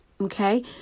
Okay